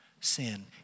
sin